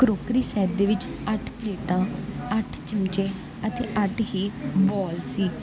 crockery set ਦੇ ਵਿੱਚ ਅੱਠ ਪਲੇਟਾਂ ਅੱਠ ਚਮਚੇ ਅਤੇ ਅੱਠ ਹੀ ਬੋਲ ਸੀ